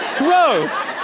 gross!